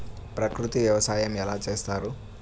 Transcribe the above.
ప్రకృతి వ్యవసాయం ఎలా చేస్తారు?